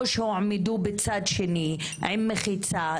או שהועמדו בצד שני עם מחיצה,